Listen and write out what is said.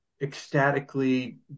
ecstatically